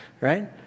Right